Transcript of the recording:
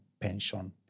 pension